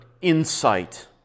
insight